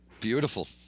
Beautiful